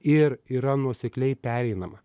ir yra nuosekliai pereinama